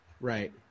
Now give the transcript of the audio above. Right